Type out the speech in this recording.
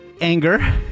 Anger